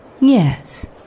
Yes